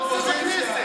מה הוא עושה בכנסת?